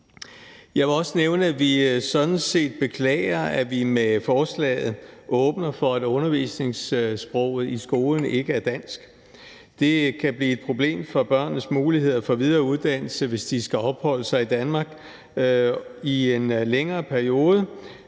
Jeg vil også nævne, at vi sådan set beklager, at vi med forslaget åbner for, at undervisningssproget i skolen ikke er dansk. Det kan blive et problem for børnenes muligheder for videreuddannelse, hvis de skal opholde sig i Danmark i en længere periode,